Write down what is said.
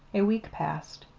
a week passed.